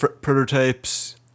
prototypes